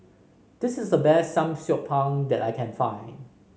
this is the best Samgyeopsal that I can find